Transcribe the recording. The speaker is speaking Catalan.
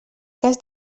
cas